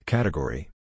Category